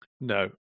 No